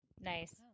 Nice